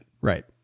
right